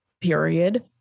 period